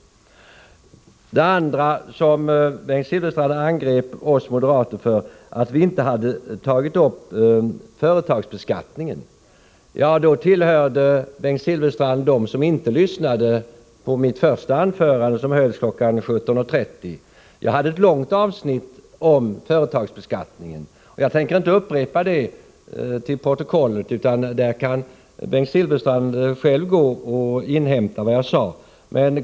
Det andra som Bengt Silfverstrand angrep oss moderater för var att vi inte har tagit upp företagsbeskattningen. Då tillhörde Bengt Silfverstrand dem som inte lyssnade på mitt första anförande, som hölls klockan 17.30. Jag hade ett långt avsnitt om företagsbeskattningen. Jag tänker inte upprepa det, utan Bengt Silfverstrand kan själv gå till protokollet och inhämta vad jag sade.